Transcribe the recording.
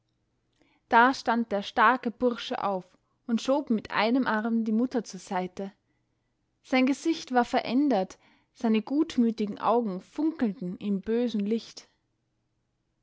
da stand der starke bursche auf und schob mit einem arm die mutter zur seite sein gesicht war verändert seine gutmütigen augen funkelten in bösem licht